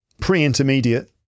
pre-intermediate